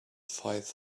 five